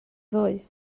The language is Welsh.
ddoe